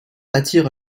attirent